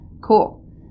Cool